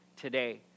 today